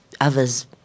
others